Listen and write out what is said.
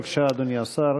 בבקשה, אדוני השר.